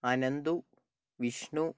Ananthu Vishnu